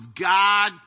God